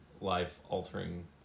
life-altering